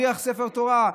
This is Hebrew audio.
בלהבריח ספר תורה.